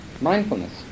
mindfulness